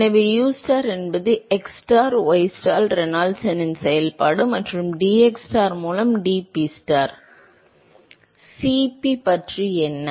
எனவே u star என்பது xstar ystar Reynolds எண்ணின் செயல்பாடு மற்றும் dxstar மூலம் dPstar என்றால் Cf பற்றி என்ன